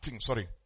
sorry